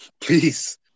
please